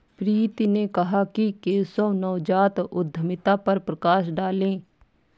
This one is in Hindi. प्रीति ने कहा कि केशव नवजात उद्यमिता पर प्रकाश डालें